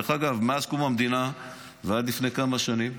דרך אגב, מאז קום המדינה ועד לפני כמה שנים.